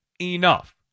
enough